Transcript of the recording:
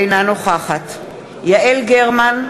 אינה נוכחת יעל גרמן,